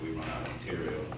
we do